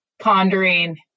pondering